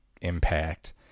Impact